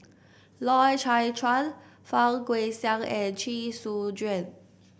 Loy Chye Chuan Fang Guixiang and Chee Soon Juan